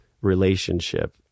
relationship